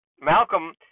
Malcolm